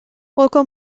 local